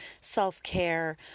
self-care